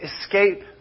escape